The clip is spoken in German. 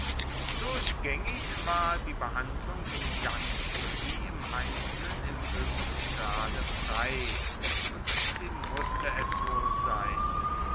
durchgaengig war die behandlung im ganzen wie im einzelnen im hoechsten grade frei und sie musste es wohl sein